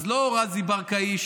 אז לא רזי ברקאי,